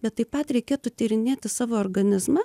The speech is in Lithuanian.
bet taip pat reikėtų tyrinėti savo organizmą